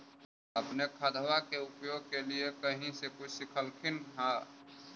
अपने खादबा के उपयोग के लीये कही से कुछ सिखलखिन हाँ?